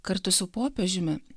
kartu su popiežiumi